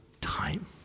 time